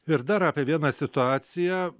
ir dar apie vieną situaciją